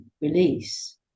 release